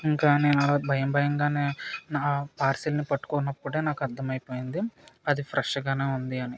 ఇంకా నేను అలా భయం భయంగా నా పార్సెల్ని పట్టుకున్నప్పుడు నాకు అర్థం అయిపోయింది అది ఫ్రెష్గా ఉంది అని